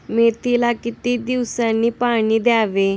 मेथीला किती दिवसांनी पाणी द्यावे?